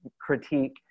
critique